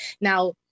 Now